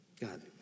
God